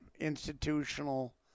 institutional